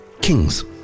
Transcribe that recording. Kings